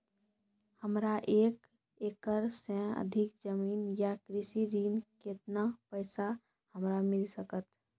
हमरा एक एकरऽ सऽ अधिक जमीन या कृषि ऋण केतना पैसा हमरा मिल सकत?